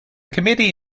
committee